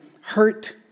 hurt